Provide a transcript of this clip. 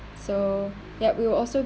so yup we'll also